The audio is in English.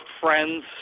friends